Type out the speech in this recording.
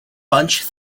punch